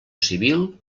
civil